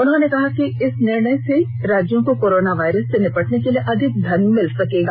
उन्होंने कहा कि इस निर्णय से राज्यों को कोरोना वायरस से निपटने के लिए अधिक धन मिल सकेगा